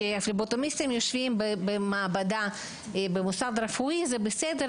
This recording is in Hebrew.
כשהם יושבים במעבדה, במוסד רפואי זה בסדר.